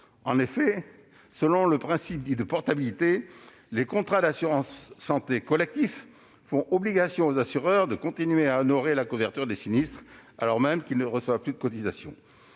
En effet, selon le principe dit de « portabilité », les contrats d'assurance santé collectifs font obligation aux assureurs de continuer à honorer la couverture des sinistres durant les douze mois suivant la fin du contrat